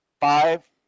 five